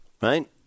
right